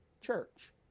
church